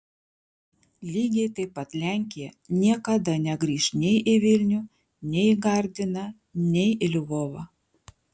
lygiai taip pat lenkija niekada negrįš nei į vilnių nei į gardiną nei į lvovą